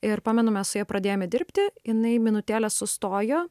ir pamenu mes su ja pradėjome dirbti jinai minutėlę sustojo